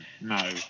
no